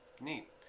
neat